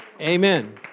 Amen